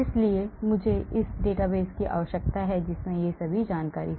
इसलिए मुझे एक डेटाबेस की आवश्यकता है जिसमें ये सभी जानकारी हो